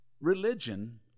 Religion